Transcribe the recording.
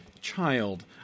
child